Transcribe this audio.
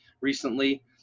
recently